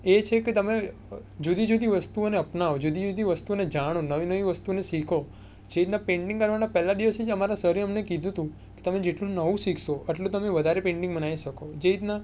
એ છે કે તમે જુદી જુદી વસ્તુઓને અપનાવો જુદી જુદી વસ્તુઓને જાણો નવી નવી વસ્તુને શીખો જેવી રીતના પેંટિંગ કરવાના પહેલાં દિવસથી જ અમારા સરે અમને કીધું હતું તમે જેટલું નવું શીખશો એટલું તમે વધારે પેઇન્ટિંગ બનાવી શકો જેવી રીતના